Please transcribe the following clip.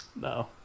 No